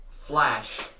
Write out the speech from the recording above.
flash